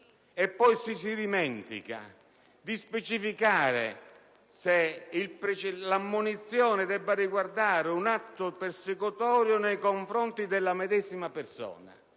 ci si dimentica di specificare se l'ammonizione debba riguardare un atto persecutorio nei confronti della medesima persona.